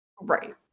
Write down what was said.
Right